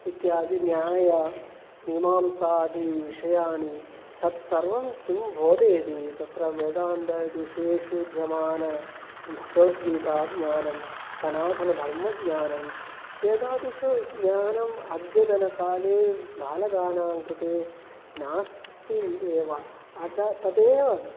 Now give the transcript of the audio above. इत्यादिन्यायमीमांसादिविषयाः तत्सर्वं किं बोधयति तत्र वेदान्तादिविषयेषु विद्यमानभगवद्गीता ज्ञानं सनातनधर्मज्ञानम् एतादृशेषु ज्ञानम् अद्यतनकाले बालकानां कृते नास्ति एव अतः तदेव